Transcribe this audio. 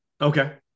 Okay